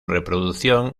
reproducción